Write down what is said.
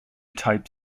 type